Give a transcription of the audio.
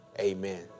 Amen